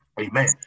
Amen